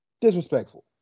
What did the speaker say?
Disrespectful